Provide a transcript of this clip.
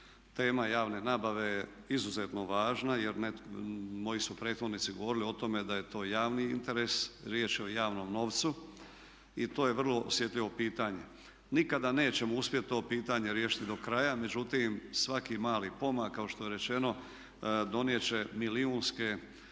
Tema javne nabave je izuzetno važna jer moji su prethodnici govorili o tome da je to javni interes, riječ je o javnom novcu i to je vrlo osjetljivo pitanje. Nikada nećemo uspjeti to pitanje riješiti do kraja, međutim svaki mali pomak kao što je rečeno donijet će milijunske